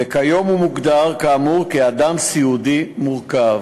וכיום הוא מוגדר, כאמור, כאדם סיעודי מורכב.